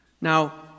Now